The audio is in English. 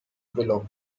below